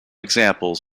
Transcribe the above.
examples